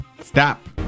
stop